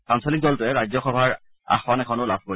আঞ্চলিক দলটোৱে ৰাজ্যসভাৰ আসন এখনো লাভ কৰিব